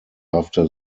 after